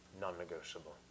non-negotiable